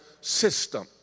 system